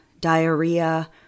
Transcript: diarrhea